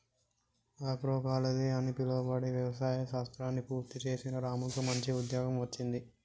agroecology అని పిలువబడే వ్యవసాయ శాస్త్రాన్ని పూర్తి చేసిన రాముకు మంచి ఉద్యోగం వచ్చింది